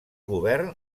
govern